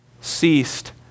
ceased